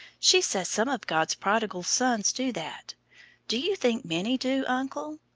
she says some of god's prodigal sons do that do you think many do, uncle?